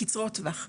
קצרות טווח,